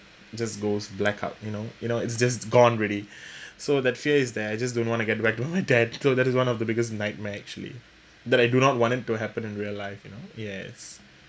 just goes blackout you know you know it's just gone already so that fear there I just don't want to get whacked by my dad so that is one of the biggest nightmare actually that I do not want it to happen in real life you know yes